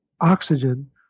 oxygen